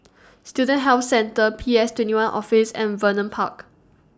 Student Health Centre P S twenty one Office and Vernon Park